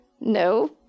No